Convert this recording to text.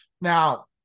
Now